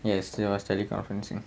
yes it was teleconferencing